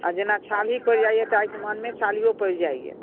अऽ जेना छाली पड़ि जाइया तऽ आँखिमे नहि छालिओ पड़ि जाइया